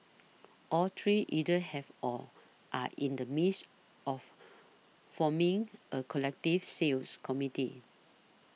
all three either have or are in the midst of forming a collective sales committee